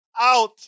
out